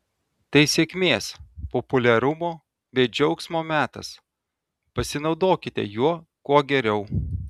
tai sėkmės populiarumo bei džiaugsmo metas pasinaudokite juo kuo geriau